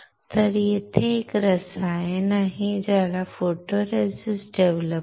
तर येथे एक रसायन आहे ज्याला फोटोरेसिस्ट डेव्हलपर photoresist developer